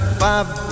five